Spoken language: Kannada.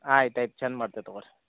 ಆಯ್ತು ಆಯ್ತು ಚಂದ ಮಾಡ್ತೀವಿ ತಗೋರಿ